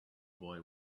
boy